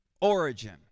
origin